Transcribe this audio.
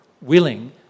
willing